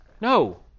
No